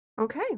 Okay